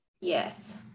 Yes